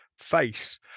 face